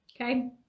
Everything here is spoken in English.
Okay